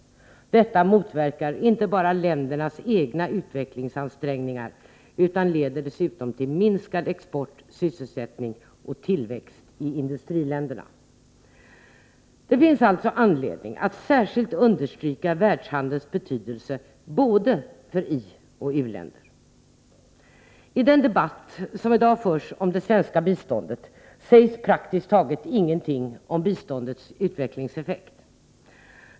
Detta motverkar inte bara ländernas egna utvecklingsansträngningar utan leder dessutom till minskad export, sysselsättning och tillväxt i industriländerna. Det finns alltså anledning att särskilt understryka världshandelns betydelse för både ioch u-länder. I den debatt som i dag förs om det svenska biståndet sägs praktiskt taget ingenting om biståndets utvecklingseffekt.